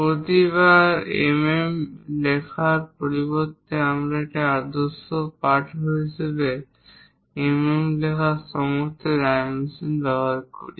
প্রতিবার mm লেখার পরিবর্তে আমরা একটি আদর্শ পাঠ্য হিসাবে mm এ থাকা সমস্ত ডাইমেনশন ব্যবহার করি